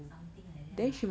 something like that lah